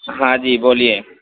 ہاں جی بولیے